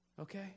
okay